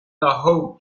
nahuatl